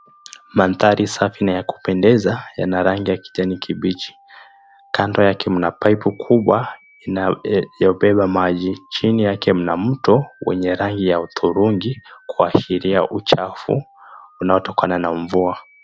Mandhari safi na ya kupendeza yana rangi ya kijani kibichi kando yake kuna paipu kubwa inayo beba maji chini yake kuna mto wenye rangi hudhuringi unayobeba uchafu kuwashiria mvua.